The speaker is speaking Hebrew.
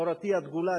מורתי הדגולה,